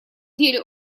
деле